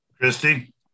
Christy